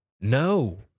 No